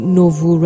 novo